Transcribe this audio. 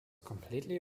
completely